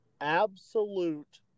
absolute